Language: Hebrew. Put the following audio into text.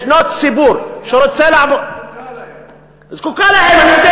ישנו ציבור שרוצה, תעשיית ההיי-טק זקוקה להם.